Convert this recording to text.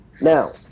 now